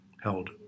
held